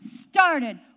started